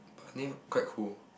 but name quite cool